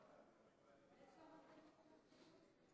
28 נגד.